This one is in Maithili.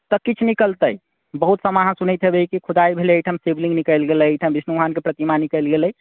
तऽ किछु निकलतै बहुत समय अहाँ सभ सुनैत हेबै खुदाइ भेलै अहिठाम शिवलिङ्ग निकलि गेलै अहिठाम विष्णु भगवानके प्रतिमा निकलि गेलै